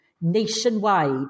nationwide